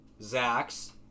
Zach's